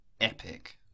epic